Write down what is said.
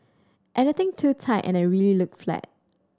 anything too tight and I look really flat